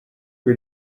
que